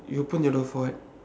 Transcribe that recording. you open your door for what